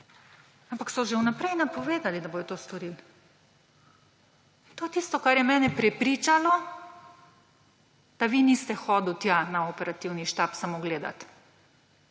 ampak so že vnaprej napovedali, da bodo to storili. To je tisto, kar jer mene prepričalo, da vi niste hodili tja na operativni štab samo gledat.